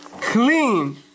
Clean